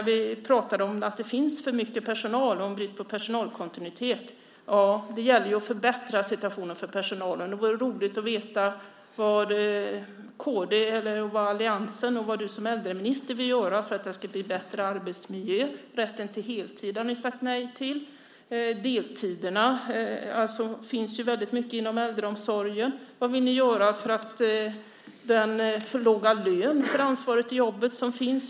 Vi pratade om att det finns för mycket olika personal och om bristen på personalkontinuitet. Det gäller att förbättra situationen för personalen. Det vore roligt att veta vad kd, alliansen och du som äldreminister vill göra för att det ska bli en bättre arbetsmiljö. Ni har sagt nej till rätten till heltid. Det finns mycket deltider inom äldreomsorgen. Vad vill ni göra med den alltför låga lön i relation till ansvaret i jobbet som finns?